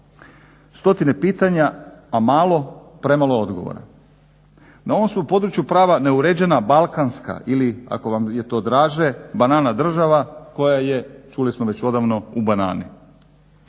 Stotine pitanja, a malo, premalo odgovora. Na ovom su području prava neuređena, balkanska ili ako vam je to draže "banana država" koja je čuli smo već odavno u banani.